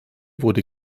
wurde